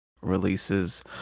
releases